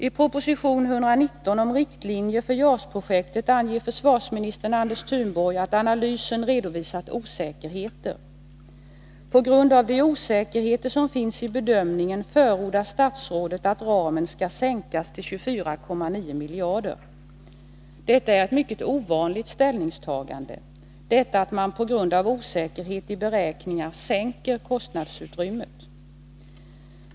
I proposition 119 om riktlinjer för JAS-projektet anger försvarsminister Anders Thunborg att analysen redovisat osäkerheter. På grund av de osäkerheter som finns i bedömningen förordar statsrådet att ramen skall sänkas till 24,9 miljarder. Det är ett mycket ovanligt ställningstagande att man på grund av osäkerhet i beräkningar sänker kostnadsutrymmet.